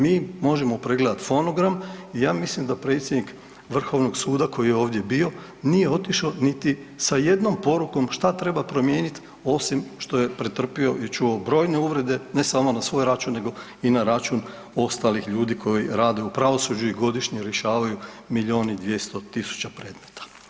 Mi možemo pregledati fonogram ja mislim da predsjednik Vrhovnog suda koji je ovdje bio nije otišao niti sa jednom porukom šta treba promijeniti osim što je pretrpio i čuo brojne uvrede, ne samo na svoj račun nego i na račun ostalih ljudi koji rade u pravosuđu i godišnje rješavaju milion i 200 tisuća predmeta.